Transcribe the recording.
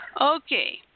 Okay